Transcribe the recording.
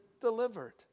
delivered